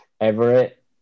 Everett